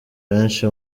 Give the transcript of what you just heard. benshi